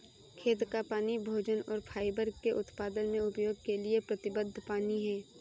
खेत का पानी भोजन और फाइबर के उत्पादन में उपयोग के लिए प्रतिबद्ध पानी है